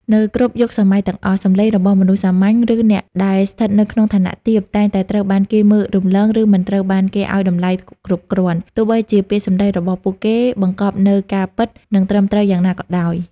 នៅគ្រប់យុគសម័យទាំងអស់ សំឡេងរបស់មនុស្សសាមញ្ញ ឬអ្នកដែលស្ថិតនៅក្នុងឋានៈទាប តែងតែត្រូវបានគេមើលរំលង ឬមិនត្រូវបានគេឲ្យតម្លៃគ្រប់គ្រាន់ ទោះបីជាពាក្យសម្ដីរបស់ពួកគេបង្កប់នូវការពិត និងត្រឹមត្រូវយ៉ាងណាក៏ដោយ។។